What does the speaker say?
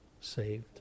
Saved